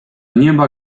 nieba